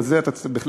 בזה אתה בהחלט